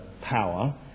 power